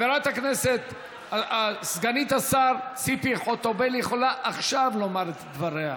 חברת הכנסת סגנית השר ציפי חוטובלי יכולה עכשיו לומר את דבריה,